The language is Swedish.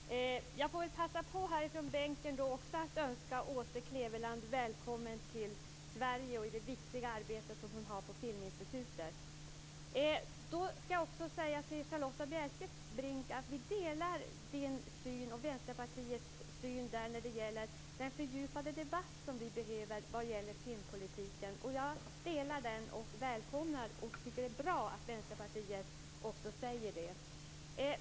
Fru talman! Jag får passa på att här från bänken önska Åse Kleveland välkommen till Sverige och det viktiga arbete som hon har på Filminstitutet. Jag ska också säga till Charlotta Bjälkebring att vi delar Vänsterpartiets syn när det gäller den fördjupade debatt som vi behöver om filmpolitiken. Jag delar den, och jag välkomnar och tycker att det är bra att Vänsterpartiet också säger det.